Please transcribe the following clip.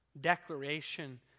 declaration